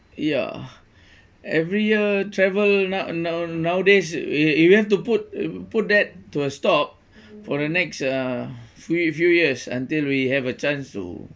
ya every year travel now~ now~ nowadays it we have to put put that to a stop for the next uh few few years until we have a chance to